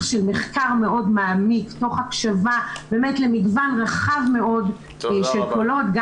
של מחקר מאוד מעמיק תוך הקשבה למגוון רחב מאוד של קולות,